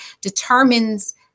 determines